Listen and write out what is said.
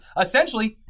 Essentially